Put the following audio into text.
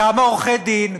כמה עורכי-דין,